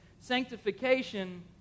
Sanctification